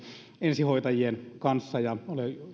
ensihoitajien kanssa ja olen